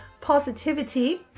positivity